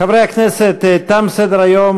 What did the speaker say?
חברי הכנסת, תם סדר-היום.